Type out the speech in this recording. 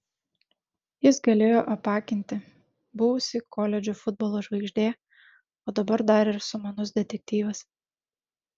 jis galėjo apakinti buvusi koledžo futbolo žvaigždė o dabar dar ir sumanus detektyvas